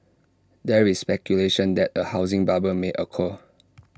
there is speculation that A housing bubble may occur